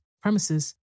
premises